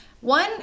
One